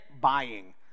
buying